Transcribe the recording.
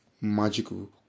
magical